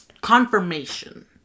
Confirmation